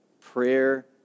prayer